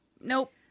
Nope